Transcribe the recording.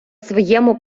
своєму